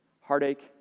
heartache